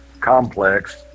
complex